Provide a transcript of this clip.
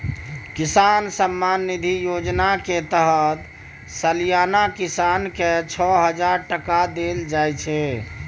किसान सम्मान निधि योजना केर तहत सलियाना किसान केँ छअ हजार टका देल जाइ छै